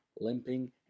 limping